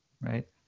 Right